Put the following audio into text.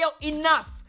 enough